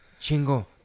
Chingo